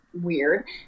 weird